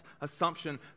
assumption